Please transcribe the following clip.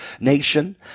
nation